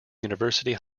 university